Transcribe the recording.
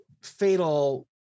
fatal